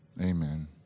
amen